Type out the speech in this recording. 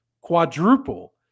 quadruple